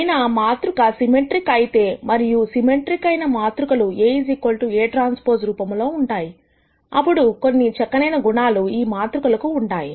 అయినా మాతృక సిమెట్రిక్ అయితే మరియు సిమెట్రిక్ అయిన మాతృకలు A AT రూపములో ఉంటాయి అప్పుడు కొన్ని చక్కనైన గుణాలు ఈ మాతృకలకు ఉంటాయి